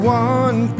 one